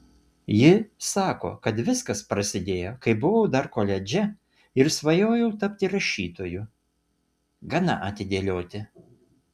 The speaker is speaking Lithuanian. ji sako kad viskas prasidėjo kai buvau dar koledže ir svajojau tapti rašytoju gana atidėlioti